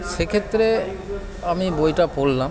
সেক্ষত্রে আমি বইটা পড়লাম